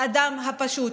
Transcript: האדם הפשוט.